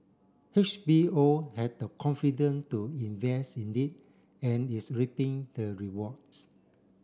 H B O had the confident to invest in it and is reaping the rewards